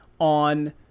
on